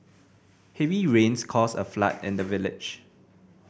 heavy rains caused a flood in the village